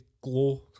glow